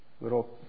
little